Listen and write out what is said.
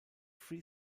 free